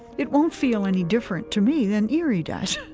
it won't feel any different to me than erie does